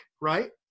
right